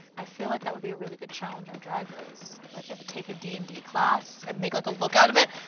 i feel like that would be a really good challenge on drag race, like you have to take a d and d class and make, like, a look out of it!